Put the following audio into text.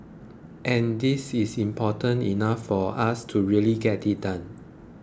and this is important enough for us to really get it done